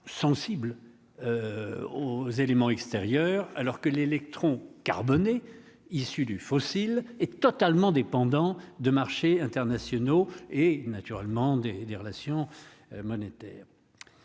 sensible aux éléments extérieurs alors que l'électron carbonées issues du fossile et totalement dépendants de marchés internationaux et, naturellement, des des relations monétaires,